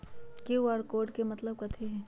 QR code के मतलब कथी होई?